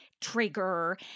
trigger